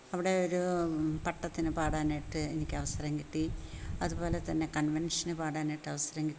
അവിടെ ഒരു പട്ടത്തിന് പാടാനായിട്ട് എനിക്ക് അവസരം കിട്ടി അതുപോലെ തന്നെ കൺവെൻഷന് പാടനായിട്ട് അവസരം കിട്ടി